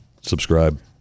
Subscribe